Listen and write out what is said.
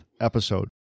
episode